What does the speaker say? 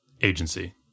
agency